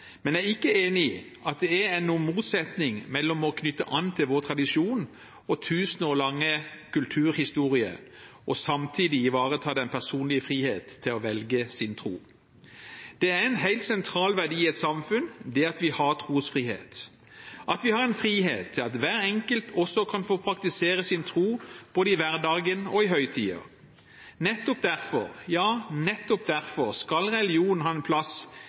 men jeg er ikke enig i at det er noen motsetning mellom å knytte an til vår tradisjon og vår 1 000 år lange kulturhistorie og samtidig ivareta den personlige friheten til å velge sin tro. Det er en helt sentral verdi i et samfunn å ha trosfrihet – at vi har frihet så hver enkelt kan få praktisere sin tro både i hverdagen og i høytider. Nettopp derfor – ja, nettopp derfor – skal religion ha en plass